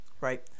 right